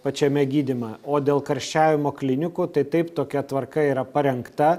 pačiame gydymą o dėl karščiavimo klinikų tai taip tokia tvarka yra parengta